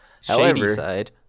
Shadyside